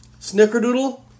Snickerdoodle